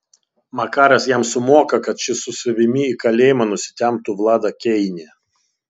makaras jam sumoka kad šis su savimi į kalėjimą nusitemptų vladą keinį